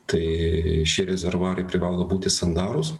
tai šie rezervuarai privalo būti sandarūs